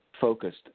focused